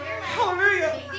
Hallelujah